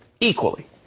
Equally